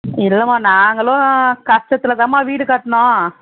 இல்லைம்மா நாங்களும் கஷ்டத்தில் தான்ம்மா வீடு கட்டினோம்